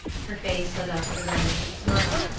her face lit up with a reminiscent smile,